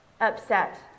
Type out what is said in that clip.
upset